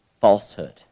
falsehood